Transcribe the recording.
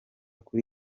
kuri